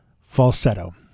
falsetto